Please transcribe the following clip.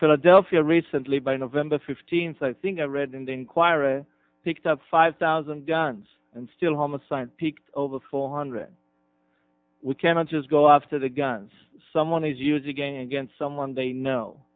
philadelphia recently by november fifteenth i think i read in the inquirer picked up five thousand guns and still homicide peaked over four hundred we can't just go after the guns someone is using again against someone they know